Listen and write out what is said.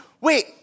wait